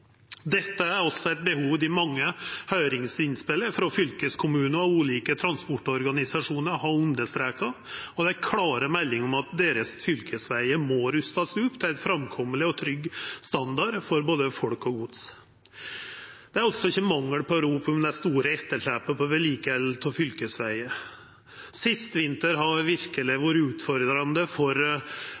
Dette er også eit behov dei mange høyringsinnspela frå fylkeskommunar og ulike transportorganisasjonar har understreka. Det er klare meldingar om at deira fylkesvegar må verta rusta opp til ein framkommeleg og trygg standard for både folk og gods. Det er altså ikkje mangel på rop om det store etterslepet på vedlikehald av fylkesvegar. Den siste vinteren har verkeleg vore utfordrande for